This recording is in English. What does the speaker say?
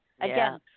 again